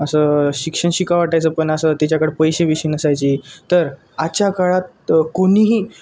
असं शिक्षण शिकाव वाटायचं पण असं तच्याकड पैशे बिशे नसायचे तर आजच्या काळात कोणीही